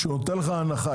כשהוא נותן לך הנחה,